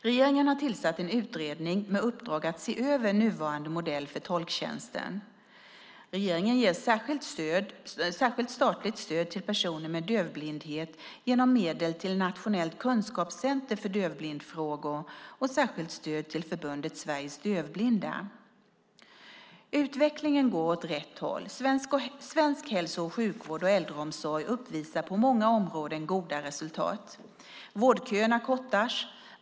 Regeringen har tillsatt en utredning med uppdrag att se över nuvarande modell för tolktjänsten. Regeringen ger särskilt statligt stöd till personer med dövblindhet genom medel till Nationellt Kunskapscenter för dövblindfrågor och särskilt stöd till Förbundet Sveriges Dövblinda. Utvecklingen går åt rätt håll. Svensk hälso och sjukvård och äldreomsorg uppvisar på många områden goda resultat. Vårdköerna kortas.